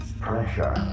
pressure